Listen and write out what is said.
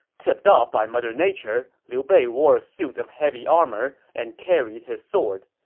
tipped off by mother nature, liu bei wore a suit of heavy armor and carried his sword.